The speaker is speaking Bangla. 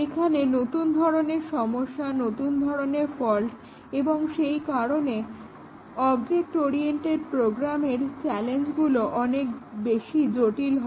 এখানে নতুন ধরনের সমস্যা নতুন ধরনের ফল্ট এবং সেই কারণে অবজেক্ট ওরিয়েন্টেড প্রোগ্রামের চ্যালেঞ্জগুলো বেশ জটিল হয়